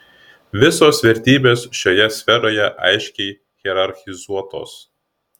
visos vertybės šioje sferoje aiškiai hierarchizuotos